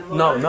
no